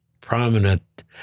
prominent